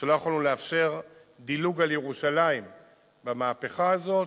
שלא יכולנו לאפשר דילוג על ירושלים במהפכה הזאת,